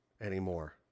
anymore